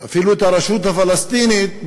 אפילו הרשות הפלסטינית,